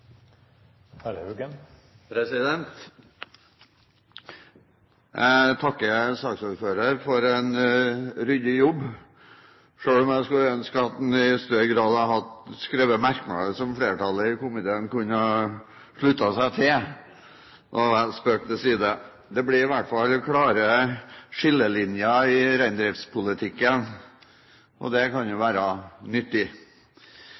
til. Jeg takker saksordføreren for en ryddig jobb, selv om jeg skulle ønske at han i større grad hadde skrevet merknader som flertallet i komiteen kunne ha sluttet seg til. Nåvel, spøk til side. Det blir i hvert fall klare skillelinjer i reindriftspolitikken, og det kan jo være nyttig.